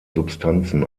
substanzen